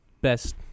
best